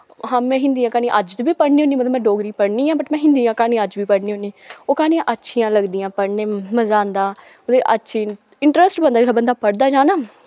हां में हिन्दी दी क्हानियां अज्ज बी पढ़नी होन्नी मतलब में डोगरी पढ़नी आं बट में हिन्दी दी क्हानियां अज्ज बी पढ़नी होन्नी ओह् क्हानियां अच्छियां लगदियां पढ़ने मज़ा आंदा ते अच्छी इंट्रस्ट बनदा जिसलै बंदा पढ़दा जा ना